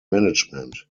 management